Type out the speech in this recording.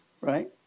right